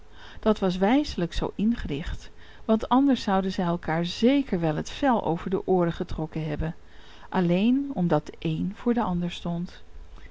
dat was wijselijk zoo ingericht want anders zouden zij elkaar zeker wel het vel over de ooren getrokken hebben alleen omdat de een voor den ander stond